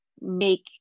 make